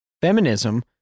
feminism